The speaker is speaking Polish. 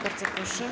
Bardzo proszę.